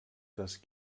das